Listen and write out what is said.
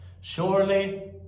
Surely